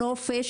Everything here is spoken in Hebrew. נופש,